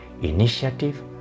initiative